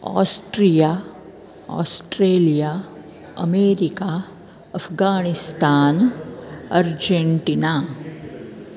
Austria Australia America Afghanistan Argentina